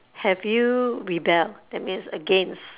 have you rebel that means against